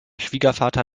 schwiegervater